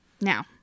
now